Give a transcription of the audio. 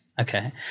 Okay